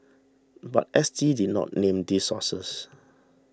but S T did not name these sources